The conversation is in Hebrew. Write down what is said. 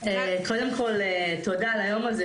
תודה על היום הזה,